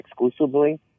exclusively